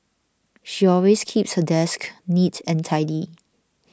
she always keeps her desk neat and tidy